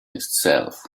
itself